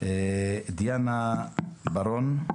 דיאנה בארון,